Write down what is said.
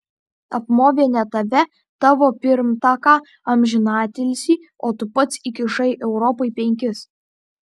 apmovė ne tave tavo pirmtaką amžinatilsį o tu pats įkišai europai penkis